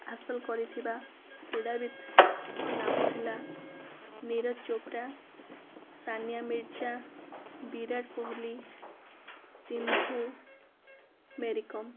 ହାସଲ କରିଥିବା କ୍ରୀଡାବିତ୍ଙ୍କ ନାମ ହେଲା ନୀରଜ ଚୋପ୍ରା ସାନିଆ ମିର୍ଜା ବିରାଟ କୋହଲି ସିନ୍ଧୁ ମେରିକମ୍